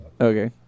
Okay